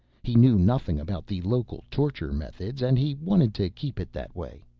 he knew nothing about the local torture methods, and he wanted to keep it that way.